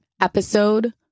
episode